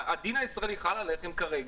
הדין הישראלי חל עליכם כרגע,